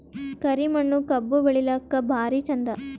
ಕರಿ ಮಣ್ಣು ಕಬ್ಬು ಬೆಳಿಲ್ಲಾಕ ಭಾರಿ ಚಂದ?